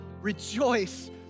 rejoice